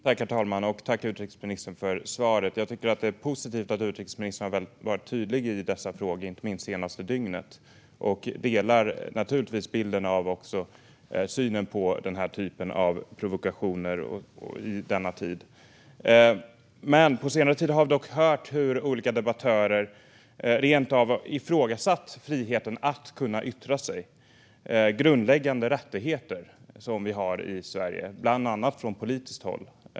Herr talman! Tack för svaret, utrikesministern! Jag tycker att det är positivt att utrikesministern har varit tydlig i dessa frågor, inte minst det senaste dygnet, och delar naturligtvis synen på den här typen av provokationer i denna tid. På senare tid har vi dock hört hur olika debattörer rent av har ifrågasatt friheten att yttra sig, en grundläggande rättighet som vi har i Sverige, bland annat från politiskt håll.